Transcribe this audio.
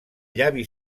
llavi